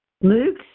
Luke